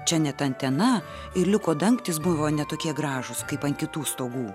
čia net antena ir liuko dangtis buvo ne tokie gražūs kaip ant kitų stogų